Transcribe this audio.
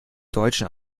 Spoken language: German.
deutschen